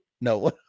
No